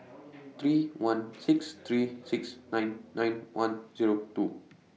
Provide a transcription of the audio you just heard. three one six three six nine nine one Zero two